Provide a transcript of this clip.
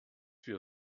wir